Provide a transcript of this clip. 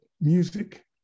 music